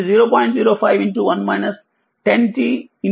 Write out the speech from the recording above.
05e 10t volt అవుతుంది